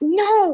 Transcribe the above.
no